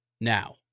now